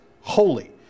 holy